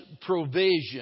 provision